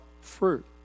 fruit